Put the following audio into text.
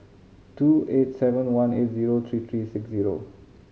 two eight seven one eight zero three three six zero